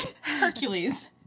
Hercules